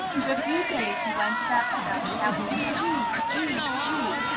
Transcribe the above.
for a few days he went about the house, shouting g! g! g!